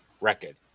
record